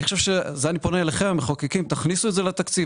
אני פונה אליכם, המחוקקים, תכניסו את זה לתקציב.